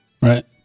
right